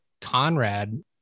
conrad